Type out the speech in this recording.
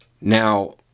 Now